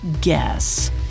guess